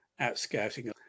outscouting